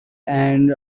and